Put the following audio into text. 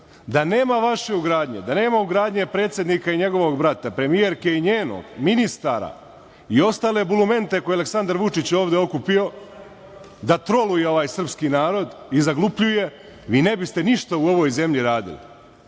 Da, nema vaše ugradnje, da nema ugradnje predsednika i njegovog brata, premijerke i njenog, ministara i ostale bulumente koje je Aleksandar Vučić ovde okupio da „troluju“ ovaj srpski narod i zaglupljuje, vi ne biste ništa u ovoj zemlji radili.